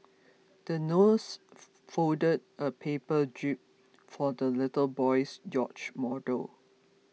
the nurse folded a paper jib for the little boy's yacht model